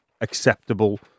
acceptable